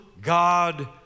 God